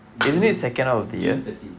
june june thirteenth